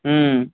మ్మ్